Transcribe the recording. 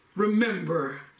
Remember